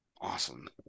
Awesome